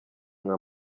nka